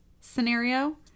scenario